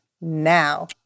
now